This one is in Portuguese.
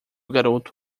garoto